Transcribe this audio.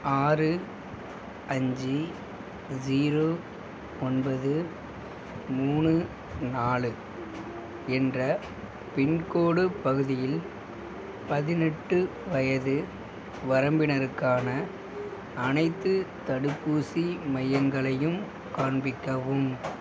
ஆறு அஞ்சு ஜீரோ ஒன்பது மூணு நாலு என்ற பின்கோடு பகுதியில் பதினெட்டு வயது வரம்பினருக்கான அனைத்துத் தடுப்பூசி மையங்களையும் காண்பிக்கவும்